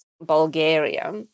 Bulgaria